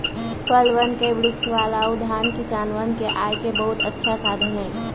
फलवन के वृक्ष वाला उद्यान किसनवन के आय के बहुत अच्छा साधन हई